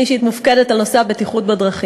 אני אישית מופקדת על נושא הבטיחות בדרכים,